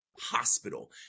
hospital